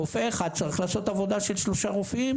רופא אחד צריך לעשות עבודה של 3 רופאים,